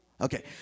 Okay